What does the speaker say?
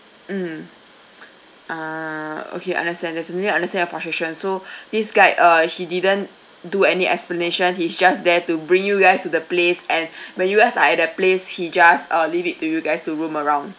mm ah okay understand definitely understand your frustration so this guide uh he didn't do any explanation he's just there to bring you guys to the place and when you guys are at that place he just uh leave it to you guys to roam around